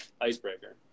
icebreaker